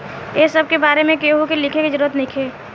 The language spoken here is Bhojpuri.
ए सब के बारे में केहू के लिखे के जरूरत नइखे